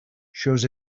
shows